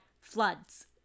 floods